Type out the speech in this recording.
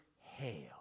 hail